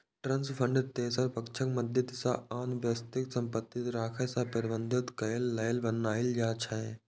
trust fund तेसर पक्षक मदति सं आन व्यक्तिक संपत्ति राखै आ प्रबंधित करै लेल बनाएल जाइ छै